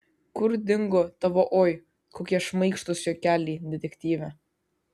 kur dingo tavo oi kokie šmaikštūs juokeliai detektyve